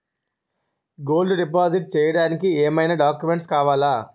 Gold deposit చేయడానికి ఏమైనా documents కావాలా?